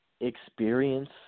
experience